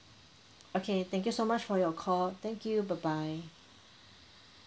okay thank you so much for your call thank you bye bye